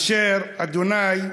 אשר ה'